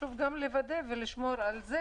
חשוב גם לוודא ולשמור על זה,